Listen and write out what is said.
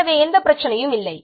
எனவே எந்த பிரச்சனையும் இல்லை